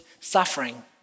suffering